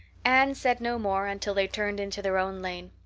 anne said no more until they turned into their own lane.